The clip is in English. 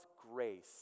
grace